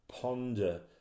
ponder